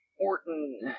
Orton